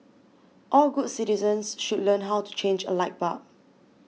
all good citizens should learn how to change a light bulb